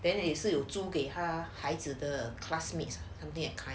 then 那也是有租给他孩子的 classmates